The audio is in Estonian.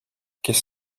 kes